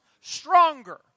stronger